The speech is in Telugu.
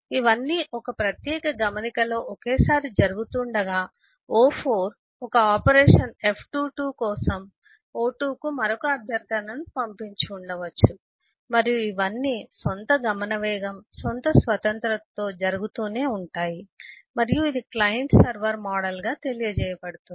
ఇవన్నీ ఒక ప్రత్యేక గమనికలో ఒకేసారి జరుగుతుండగా o4 ఒక ఆపరేషన్ f22 చేయడం కోసం o2 కు మరొక అభ్యర్థనను పంపించి ఉండవచ్చు మరియు ఇవన్నీ సొంత గమన వేగం సొంత స్వతంత్రత తో జరుగుతూనే ఉంటాయి మరియు ఇది క్లయింట్ సర్వర్ మోడల్గా తెలియ బడుతుంది